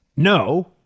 No